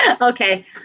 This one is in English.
Okay